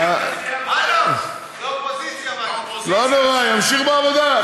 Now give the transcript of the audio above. אגב, זה אופוזיציה, לא נורא, ימשיך בעבודה.